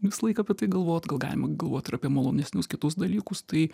visą laiką apie tai galvot gal galima galvot ir apie malonesnius kitus dalykus tai